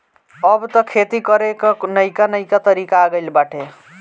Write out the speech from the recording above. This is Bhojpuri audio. अब तअ खेती करे कअ नईका नईका तरीका आ गइल बाटे